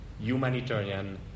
humanitarian